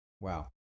wow